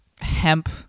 hemp